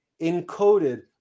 Encoded